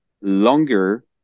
longer